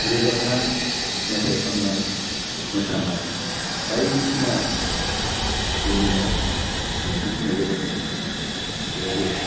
रोजाबनाय मेथाइ खन्नाय मोसानाय बायदिसिना बे मेलाव दिन्थिफुंनाय जादोंमोन बेयावबो